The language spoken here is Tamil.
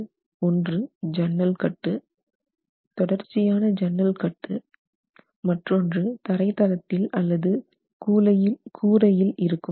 ஒன்று சன்னல் கட்டு தொடர்ச்சியான சன்னல் கட்டு மற்றொன்று தரைத்தளத்தில் அல்லது கூரையில் இருக்கும் கட்டு